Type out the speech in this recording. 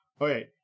Okay